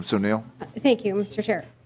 so o'neil thank you mr. chair.